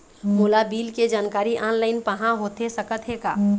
मोला बिल के जानकारी ऑनलाइन पाहां होथे सकत हे का?